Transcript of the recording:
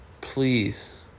please